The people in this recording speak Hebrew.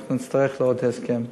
אנחנו נצטרך עוד הסכם,